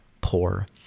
poor